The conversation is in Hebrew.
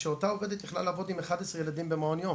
שאותה עובדת יכלה לעבוד עם 11 ילדים במעון יום